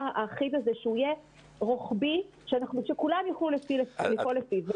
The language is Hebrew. האחיד הזה שהוא יהיה רוחבי ושכולם יוכלו לפעול לפיו.